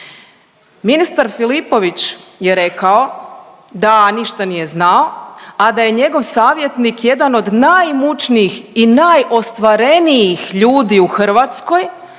Ministar Filipović je rekao da ništa nije znao, a da je njegov savjetnik jedan od najimućnijih i najostvarenijih ljudi u Hrvatskoj,